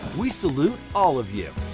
we salute all of you.